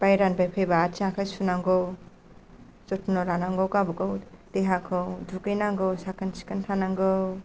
बायजोनिफ्राय फैबा आथिं आखाइ सुनांगौ जोथोन लानांगौ गावबागाव देहाखौ दुगैनांगौ साखोन सिखोन थानांगौ